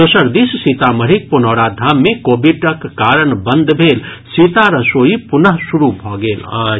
दोसर दिस सीतामढ़ीक पुनौराधाम मे कोविडक कारण बंद भेल सीता रसोई पुनः शुरू भऽ गेल अछि